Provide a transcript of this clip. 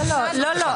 לא, לא.